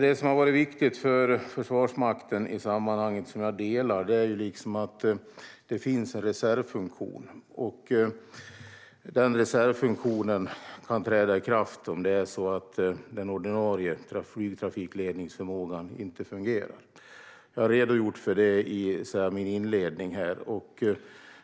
Det som har varit viktigt för Försvarsmakten i sammanhanget, vilket jag instämmer i, är att det finns en reservfunktion och att denna reservfunktion kan träda i kraft om den ordinarie flygtrafikledningsförmågan inte fungerar. Jag redogjorde för detta i min inledning.